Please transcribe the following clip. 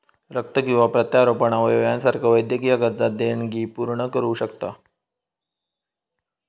रक्त किंवा प्रत्यारोपण अवयव यासारख्यो वैद्यकीय गरजा देणगी पूर्ण करू शकता